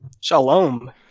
Shalom